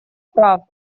права